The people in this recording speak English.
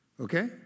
Okay